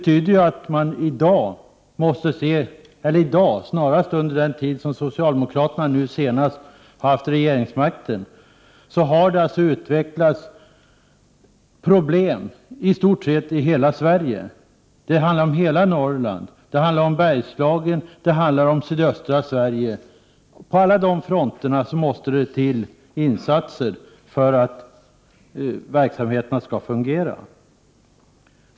Under den tid socialdemokraterna nu senast har haft regeringsmakten har problem utvecklats i stort sett i hela Sverige. Det handlar om hela Norrland, Bergslagen och sydöstra Sverige. På alla de fronterna måste det till insatser för att verksamheterna skall fungera.